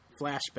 flashback